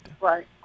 Right